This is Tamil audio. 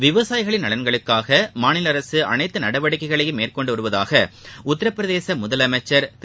விவசாயிகளின் நலன்களுக்காக மாநில அரசு அனைத்து நடவடிக்கைகளும் மேற்கொண்டு வருவதாக உத்தரப்பிரதேச முதலமைச்சர் திரு